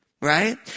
right